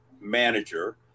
manager